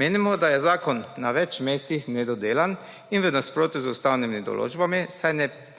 Menimo, da je zakon na več mestih nedodelan in v nasprotju z ustavnimi določbami,